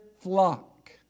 flock